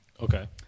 Okay